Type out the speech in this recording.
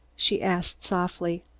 she asked softly.